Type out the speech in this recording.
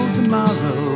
tomorrow